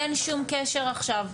אין שום קשר עכשיו,